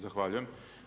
Zahvaljujem.